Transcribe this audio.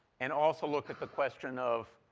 and also look at the question of,